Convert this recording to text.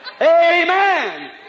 Amen